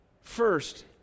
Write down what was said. First